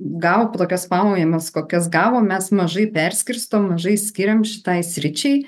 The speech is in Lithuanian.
gavo tokias pajamas kokias gavo mes mažai perskirstom mažai skiriam šitai sričiai